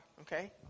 Okay